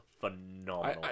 phenomenal